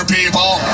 people